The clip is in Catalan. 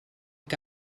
que